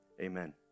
amen